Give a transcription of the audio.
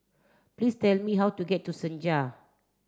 please tell me how to get to Senja